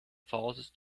falls